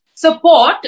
Support